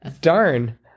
Darn